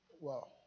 Wow